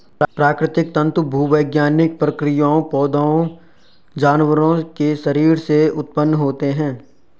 प्राकृतिक तंतु भूवैज्ञानिक प्रक्रियाओं, पौधों, जानवरों के शरीर से उत्पन्न होते हैं